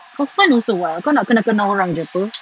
for fun also [what] kau nak kenal-kenal orang jer [pe]